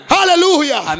Hallelujah